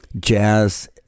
jazz